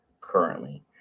currently